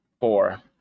Four